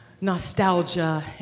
nostalgia